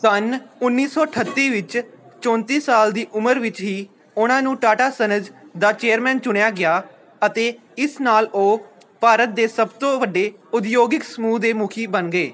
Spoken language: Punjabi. ਸੰਨ ਉੱਨੀ ਸੌ ਅਠੱਤੀ ਵਿੱਚ ਚੌਂਤੀ ਸਾਲ ਦੀ ਉਮਰ ਵਿੱਚ ਹੀ ਉਹਨਾਂ ਨੂੰ ਟਾਟਾ ਸੰਨਜ਼ ਦਾ ਚੇਅਰਮੈਨ ਚੁਣਿਆ ਗਿਆ ਅਤੇ ਇਸ ਨਾਲ ਉਹ ਭਾਰਤ ਦੇ ਸਭ ਤੋਂ ਵੱਡੇ ਉਦਯੋਗਿਕ ਸਮੂਹ ਦੇ ਮੁੱਖੀ ਬਣ ਗਏ